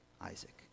Isaac